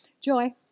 Joy